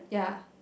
ya